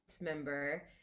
member